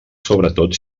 sobretot